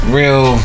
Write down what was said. real